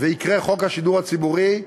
ויקרה חוק השידור הציבורי,